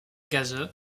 gazeux